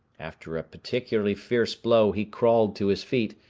after a particularly fierce blow, he crawled to his feet,